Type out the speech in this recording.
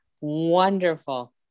wonderful